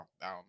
down